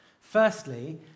Firstly